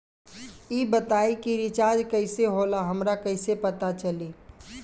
ई बताई कि रिचार्ज कइसे होला हमरा कइसे पता चली?